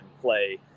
play